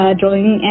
drawing